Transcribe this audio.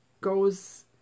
goes